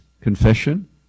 confession